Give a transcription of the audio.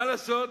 מה לעשות,